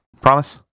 Promise